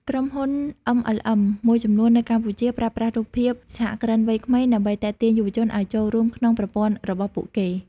ក្រុមហ៊ុន MLM មួយចំនួននៅកម្ពុជា ប្រើប្រាស់រូបភាព "សហគ្រិនវ័យក្មេង" ដើម្បីទាក់ទាញយុវជនឱ្យចូលរួមក្នុងប្រព័ន្ធរបស់ពួកគេ។